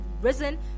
risen